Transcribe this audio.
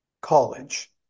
college